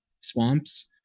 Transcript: swamps